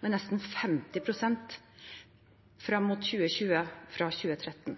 med nesten 50 pst. fra 2013 og fram mot 2020.